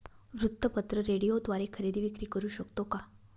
वृत्तपत्र, रेडिओद्वारे खरेदी विक्री करु शकतो का?